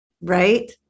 Right